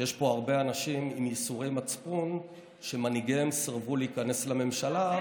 שיש פה הרבה אנשים עם ייסורי מצפון שמנהיגיהם סירבו להיכנס לממשלה,